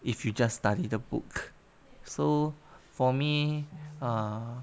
if you just study the book so for me uh